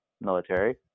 Military